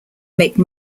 make